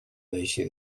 deixe